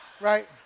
Right